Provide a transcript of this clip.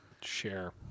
share